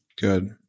Good